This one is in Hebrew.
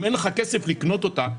אם אין לך כסף לקנות אותה,